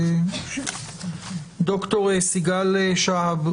ד"ר סיגל שהב,